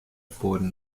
wurden